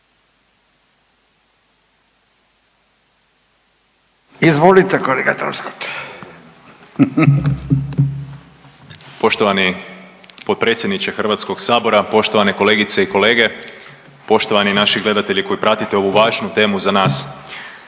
Zvonimir (MOST)** Poštovani potpredsjedniče Hrvatskog sabora, poštovane kolegice i kolege, poštovani naši gledatelji koji pratite ovu važnu temu za nas.